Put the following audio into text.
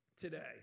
today